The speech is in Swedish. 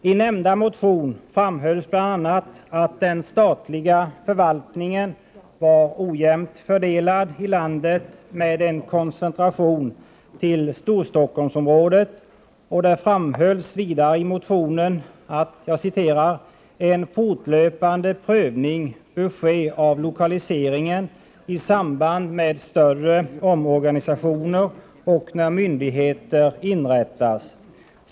I nämnda motion framhölls bl.a. att den statliga förvaltningen var ojämnt fördelad i landet med en koncentration till Storstockholmsområdet, och det framhölls vidare i motionen att ”en fortlöpande prövning ske av lokaliseringen i samband med större omorganisationer och när myndigheter inrättas.